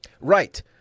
Right